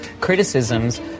criticisms